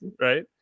right